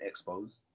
expos